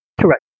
Correct